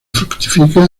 fructifica